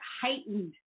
heightened